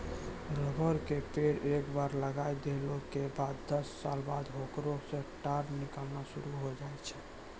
rubber के पेड़ एक बार लगाय देला के बाद दस साल बाद होकरा सॅ टार निकालना शुरू होय जाय छै